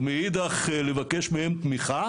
או מאידך לבקש מהם תמיכה